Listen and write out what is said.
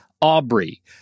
aubrey